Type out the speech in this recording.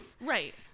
Right